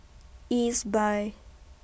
Ezbuy